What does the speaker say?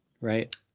right